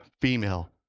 female